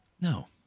No